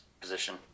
position